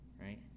right